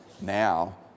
now